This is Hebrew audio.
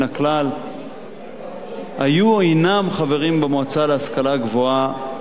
היו או הינם חברים במועצה להשכלה גבוהה שלנו,